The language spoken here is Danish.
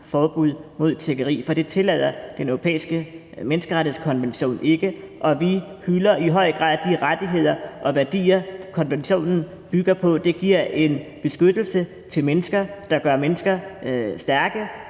forbud mod tiggeri, for det tillader Den Europæiske Menneskerettighedskonvention ikke, og vi hylder i høj grad de rettigheder og værdier, konventionen bygger på. Det giver en beskyttelse af mennesker, der gør mennesker til stærke